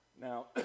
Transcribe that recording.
Now